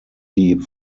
die